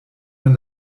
man